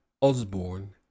osborne